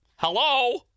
Hello